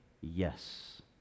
yes